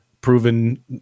proven